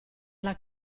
alla